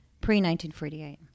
pre-1948